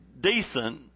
decent